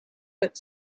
but